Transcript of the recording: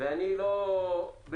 ואני לא בבידוד,